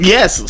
Yes